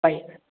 bye